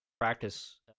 practice